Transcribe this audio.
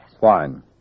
Fine